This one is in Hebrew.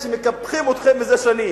הבעיה שלכם עם אלה שמקפחים אתכם זה שנים.